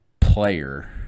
player